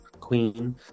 queen